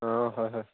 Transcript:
অঁ হয় হয়